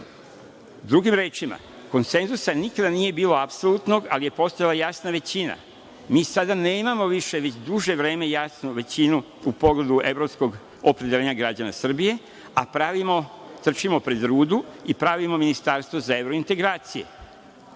Drugim rečima, konsenzusa nikada nije bilo apsolutnog, ali je postojala jasna većina. Mi sada nemamo više već duže vreme jasnu većinu u pogledu evropskog opredeljenja građana Srbije, a trčimo pred rudu i pravimo ministarstvo za evropske integracije,